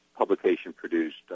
publication-produced